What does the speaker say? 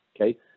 okay